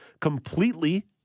completely